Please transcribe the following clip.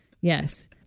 yes